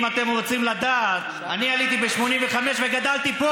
אם אתם רוצים לדעת: אני עליתי ב-1985 וגדלתי פה,